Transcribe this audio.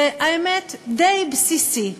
זה, האמת, די בסיסי.